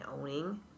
owning